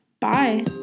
bye